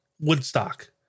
Woodstock